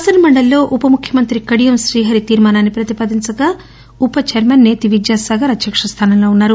శాసన మండలిలో ఉప ముఖ్యమంతి కడియం రీహరి తీర్మానం పతిపాదించగా ఉప ఛైర్మన్ నేతి విద్యాసాగర్ అధ్యక్ష స్థానంలో వున్నారు